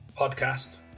podcast